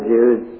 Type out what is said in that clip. Jews